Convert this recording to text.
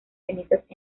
cenizas